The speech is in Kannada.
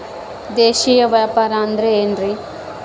ದೇಶೇಯ ವ್ಯಾಪಾರ ಅಂದ್ರೆ ಏನ್ರಿ?